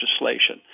legislation